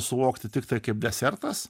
suvokti tiktai kaip desertas